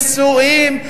נישואים,